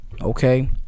okay